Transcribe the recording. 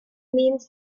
means